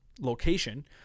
location